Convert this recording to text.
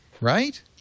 Right